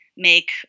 make